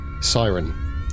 siren